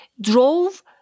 drove